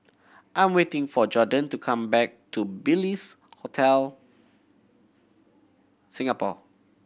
I'm waiting for Jorden to come back to Bliss Hotel Singapore